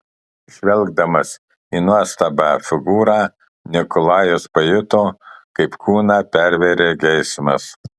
žvelgdamas į nuostabią figūrą nikolajus pajuto kaip kūną pervėrė geismas